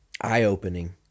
eye-opening